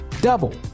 Double